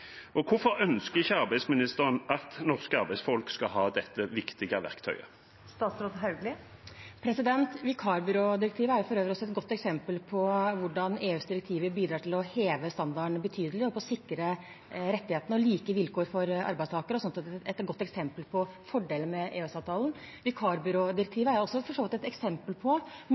Hvorfor ønsker ikke arbeidsministeren at norske arbeidsfolk skal ha dette viktige verktøyet? Vikarbyrådirektivet er for øvrig et godt eksempel på hvordan EUs direktiver bidrar til å heve standarden betydelig og til å sikre rettighetene og like vilkår for arbeidstakere. Sånn sett er det et godt eksempel på fordeler med EØS-avtalen. Vikarbyrådirektivet er for så vidt også et eksempel på